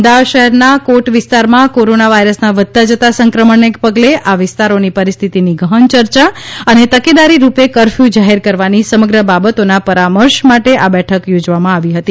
અમદાવાદ શહેરના કોટ વિસ્તારમાં કોરોના વાયરસના વધતા જતા સંક્રમણને પગલે આ વિસ્તારોની પરિસ્થિતીની ગહન ચર્ચા અને તકેદારી રૂપે કરફયુ જાહેર કરવાની સમગ્ર બાબતોના પરામર્શ માટે આ બેઠક થોજવામાં આવી હતી